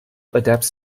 adapts